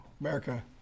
America